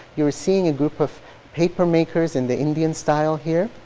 you are seeing a group of papermakers in the indian style here,